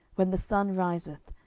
when the sun riseth,